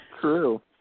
True